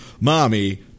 mommy